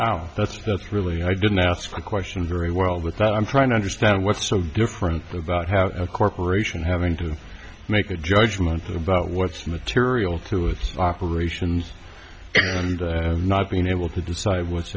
and that's really i didn't ask the question very well with that i'm trying to understand what's so different about how a corporation having to make a judgment about what's material to its operations and not being able to decide what's